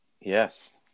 Yes